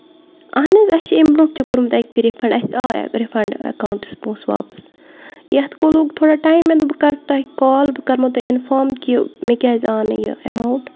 اَہن حظ اَسہِ چھُ اَمہِ برونٛہہ تہِ کوٚرمُت اَکہِ فِرِ رِفنڈ اَسہِ آیۍ رِفنڈ ایکونٹَس پونٛسہٕ واپَس یَتھ لوٚگ تھوڑا ٹایم مےٚ دوٚپ بہٕ کرٕ تۄہہِ کال بہٕ کرو تۄہہِ اِنفارٕم کہِ مےٚ کیازِ آو نہٕ یہِ ایمَوُنٹ